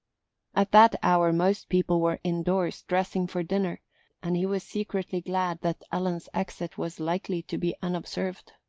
at that hour most people were indoors, dressing for dinner and he was secretly glad that ellen's exit was likely to be unobserved.